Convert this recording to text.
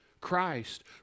Christ